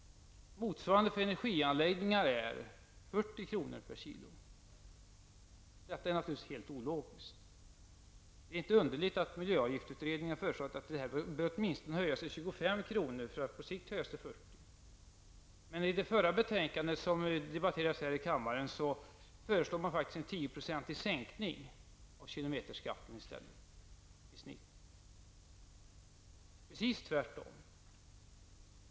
Motsvarande avgift för energianläggningar är 40 kr. per kg. Detta är naturligtvis ologiskt. Det är inte underligt att miljöavgiftsutredningen har föreslagit att denna avgift åtminstone bör höjas till 25 kr. för att på sikt höjas till 40 kr. I det förra betänkandet som debatterades här i kammaren föreslog man i stället i snitt en 10 procentig sänkning av kilometerskatten -- precis tvärtom.